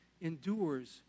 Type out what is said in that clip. endures